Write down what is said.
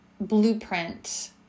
blueprint